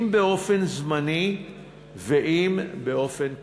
אם באופן זמני ואם באופן קבוע.